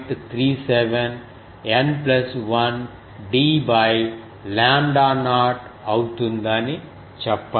37 N 1 d lambda naught అవుతుందని చెప్పండి